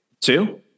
Two